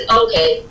okay